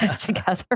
together